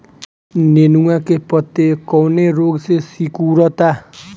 नेनुआ के पत्ते कौने रोग से सिकुड़ता?